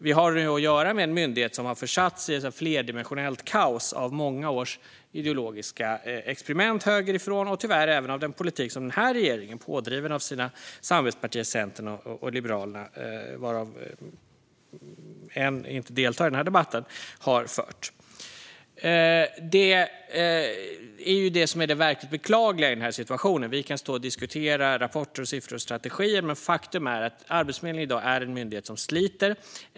Vi har nämligen att göra med en myndighet som har försatts i ett flerdimensionellt kaos genom många års ideologiska experiment högerifrån, och tyvärr även genom den politik som den här regeringen - pådriven av sina samarbetspartier Centern och Liberalerna, varav det ena inte deltar i debatten - har fört. Det är detta som är det verkligt beklagliga i situationen. Vi kan stå och diskutera rapporter, siffror och strategier, men faktum är att Arbetsförmedlingen i dag är en myndighet som sliter.